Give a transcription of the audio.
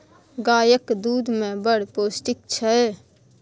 गाएक दुध मे बड़ पौष्टिक छै